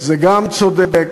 זה גם צודק,